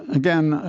again,